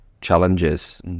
challenges